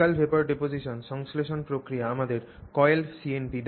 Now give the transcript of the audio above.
Chemical Vapour Deposition সংশ্লেষণ প্রক্রিয়া আমাদের coiled CNT দেয়